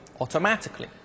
automatically